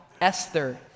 Esther